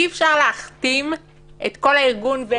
אי-אפשר להכתים את כל הארגון.